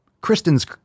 Kristen's